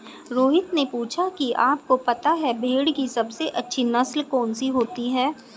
रोहित ने पूछा कि आप को पता है भेड़ की सबसे अच्छी नस्ल कौन सी होती है?